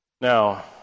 Now